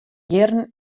jierren